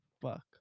fuck